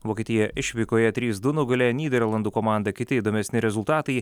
vokietija išvykoje trys du nugalėjo nyderlandų komandą kiti įdomesni rezultatai